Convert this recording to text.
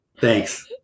Thanks